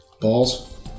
Balls